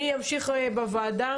אני אמשיך בוועדה